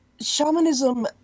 Shamanism